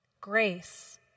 grace